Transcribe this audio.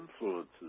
influences